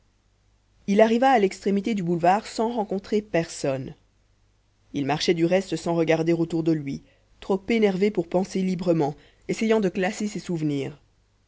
il arriva à l'extrémité du boulevard sans rencontrer personne il marchait du reste sans regarder autour de lui trop énervé pour penser librement essayant de classer ses souvenirs